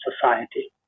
society